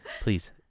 please